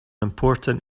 important